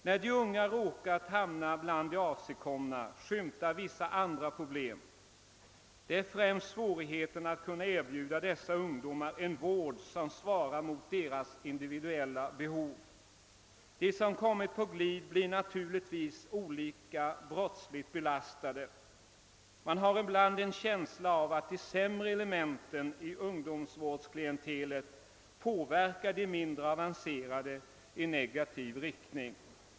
När de unga råkat hamna bland de avsigkomna, skymtar vissa andra problem, främst svårigheten att kunna erbjuda dessa ungdomar en vård som svarar mot deras individuella behov. De som kommit på glid blir naturligtvis olika brottsligt belastade. Man har ibland en känsla av att de sämre elementen i ungdomsvårdsklientelet påverkar de mindre avancerade i negativ riktning.